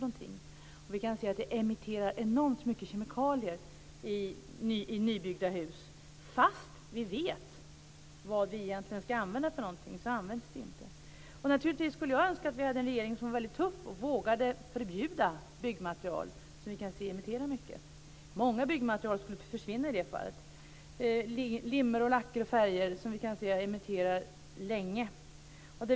Vi kan se att det emitteras enormt mycket kemikalier i nybyggda hus. Trots att vi egentligen vet vilka material vi skall använda används dessa inte. Naturligtvis skulle jag önska att vi hade en regering som var väldigt tuff och vågade förbjuda byggmaterial som vi kan se emitterar mycket. Många byggmaterial skulle försvinna om det var fallet. Det gäller limmer, lacker och färger som vi kan se emitterar länge.